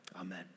amen